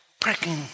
pricking